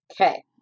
Okay